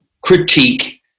critique